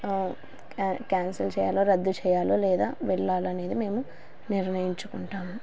cancel చేయాలో రద్దు చేయాలో లేదా వెళ్ళాలనేది మేము నిర్ణయించుకుంటాము